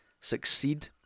succeed